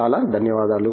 చాలా ధన్యవాదాలు